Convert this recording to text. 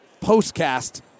Postcast